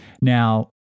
Now